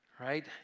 Right